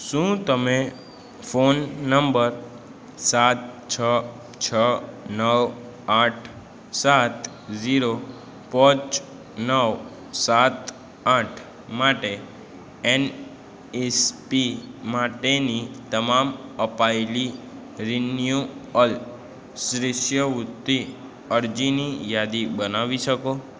શું તમે phone number સાત છ છ નવ આઠ સાત ઝીરો પાંચ નવ સાત આઠ માટે એનએસપી માટેની તમામ અપાયેલી રિન્યુઅલ શિષ્યવૃત્તિ અરજીની યાદી બનાવી શકો